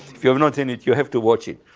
if you have not seen it, you have to watch it.